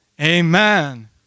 Amen